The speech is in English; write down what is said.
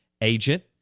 agent